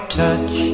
touch